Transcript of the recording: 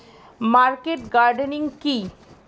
Market gardening কি?